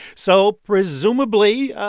so presumably,